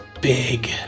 big